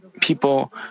people